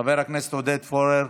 חבר הכנסת עודד פורר.